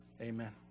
Amen